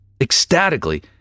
ecstatically